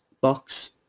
box